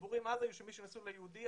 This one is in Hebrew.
הדיבורים אז היו שמי שנשוי ליהודי,